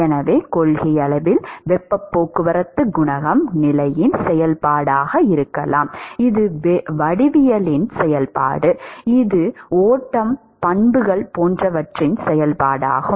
எனவே கொள்கையளவில் வெப்பப் போக்குவரத்து குணகம் நிலையின் செயல்பாடாக இருக்கலாம் இது வடிவவியலின் செயல்பாடு இது ஓட்டம் பண்புகள் போன்றவற்றின் செயல்பாடாகும்